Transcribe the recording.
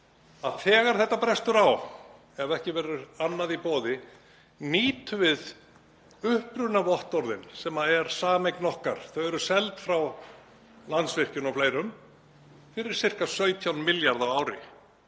þegar þetta brestur á, ef ekki verður annað í boði, þá nýtum við upprunavottorðin sem eru sameign okkar. Þau eru seld frá Landsvirkjun og fleirum fyrir sirka 17 milljarða á ári.